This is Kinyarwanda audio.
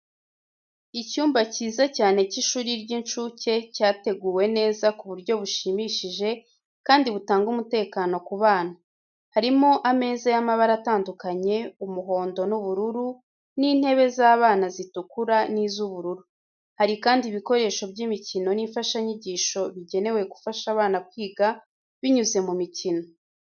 Icyumba cyiza cyane cy’ishuri ry’incuke cyateguwe neza ku buryo bushimishije kandi butanga umutekano ku bana. Harimo ameza y’amabara atandukanye, umuhondo n’ubururu, n’intebe z’abana zitukura n’iz’ubururu. Hari kandi ibikoresho by’imikino n’imfashanyigisho bigenewe gufasha abana kwiga binyuze mu mikino.